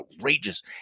outrageous